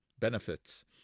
Benefits